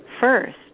first